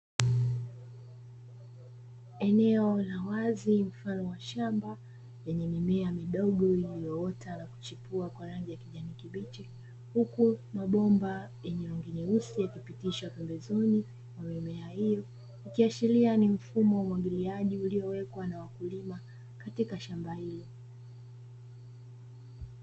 Eneo la wazi mfano wa shamba, lenye mimea midogo ulioota na kuchipua kwa rangi ya kijani kibichi, huku mabomba ya rangi nyeusi yakipitishwa pembezoni mwa mimea hiyo, ikiashiria ni mfumo wa umwagiliaji uliowekwa na wakulima katika shamba hilo.